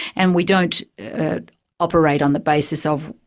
and we don't operate on the basis of,